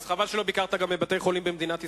אז חבל שלא ביקרת גם בבתי-חולים במדינת ישראל.